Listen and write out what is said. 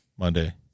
Monday